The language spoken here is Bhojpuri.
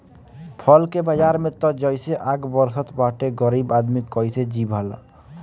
फल के बाजार में त जइसे आग बरसत बाटे गरीब आदमी कइसे जी भला